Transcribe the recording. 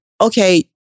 Okay